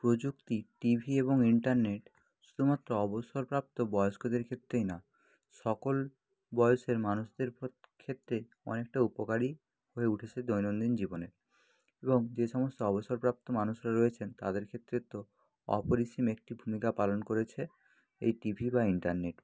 প্রযুক্তি টিভি এবং ইন্টারনেট শুধুমাত্র অবসরপ্রাপ্ত বয়স্কদের ক্ষেত্রেই না সকল বয়সের মানুষদের ক্ষেত্রে অনেকটা উপকারী হয়ে উঠেছে দৈনন্দিন জীবনে এবং যে সমস্ত অবসরপ্রাপ্ত মানুষরা রয়েছেন তাদের ক্ষেত্রে তো অপরিসীম একটি ভূমিকা পালন করেছে এই টিভি বা ইন্টারনেট